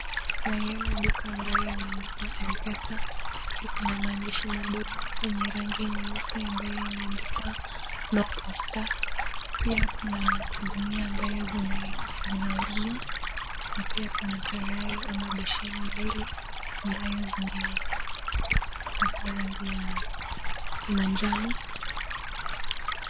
Naiona duka ambayo imeandikwa Mpesa, pia kuna maandishi madogo kwenye rangi nyeusi ambayo imeandikwa no poster .Pia kuna gunia ambayo zinauzwa, na pia kuna karai ama besheni mbili ambayo zimepakwa rangi ya manjano.